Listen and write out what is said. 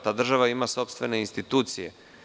Ta država ima sopstvene institucije.